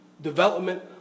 development